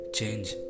Change